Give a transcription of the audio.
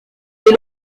les